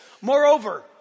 Moreover